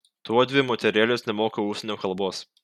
tuodvi moterėlės nemoka užsienio kalbos